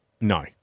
No